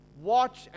watch